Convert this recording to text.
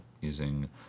using